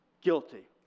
Guilty